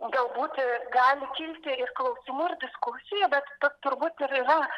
galbūt gali kilti ir klausimų ir diskusijų bet tas turbūt ir yra